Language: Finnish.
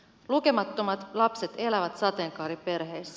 lukemattomat lapset elävät sateenkaariperheissä